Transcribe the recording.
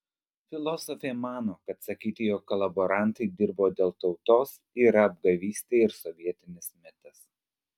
filosofė mano kad sakyti jog kolaborantai dirbo dėl tautos yra apgavystė ir sovietinis mitas